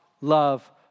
love